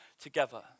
together